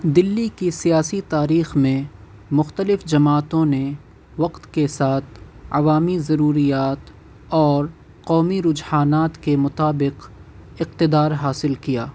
دلی کی سیاسی تاریخ میں مختلف جماعتوں نے وقت کے ساتھ عوامی ضروریات اور قومی رجحانات کے مطابق اقتدار حاصل کیا